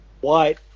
white